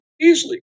Easily